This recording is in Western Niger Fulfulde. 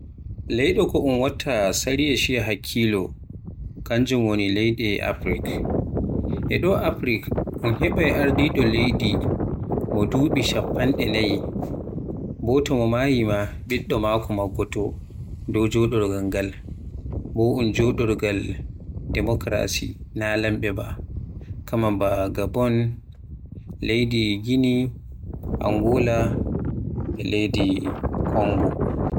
Leyɗe ko un watta sariya shiya hakkilo kanjum woni leyɗe Afrik. E do Afrik un heɓaay ardiɗo leydi mo duɓi chappanɗe nayi, bo to mi maayi ma ɓiɗɗo maako maggoto dow joɗorgal ngal, bo un joɗorgal demokarasi na lamɓe ba, kamaa ba Gabon, e leydi Guinea, e Angola, e laydi Kongo.